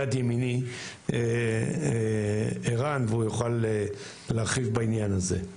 יד ימיני ערן והוא יוכל להרחיב בעניין הזה.